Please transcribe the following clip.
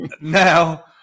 now